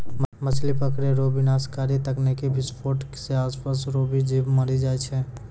मछली पकड़ै रो विनाशकारी तकनीकी विसफोट से आसपास रो भी जीब मरी जाय छै